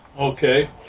Okay